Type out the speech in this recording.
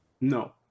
No